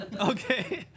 Okay